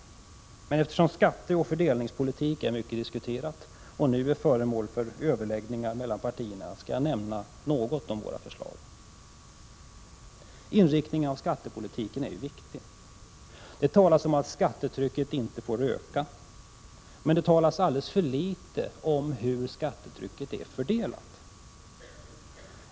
Eftersom skatteoch fördelningspolitiken är mycket diskuterad och nu föremål för överläggningar mellan partierna skall jag nämna något om våra förslag. Inriktningen av skattepolitiken är viktig. Det talas om att skattetrycket inte får öka, men det talas alldeles för litet om hur skattetrycket är fördelat.